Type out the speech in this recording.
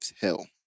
hell